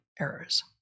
errors